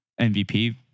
MVP